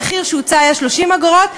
המחיר שהוצע היה 30 אגורות,